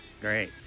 Great